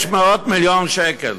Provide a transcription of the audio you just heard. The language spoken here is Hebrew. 600 מיליון שקל.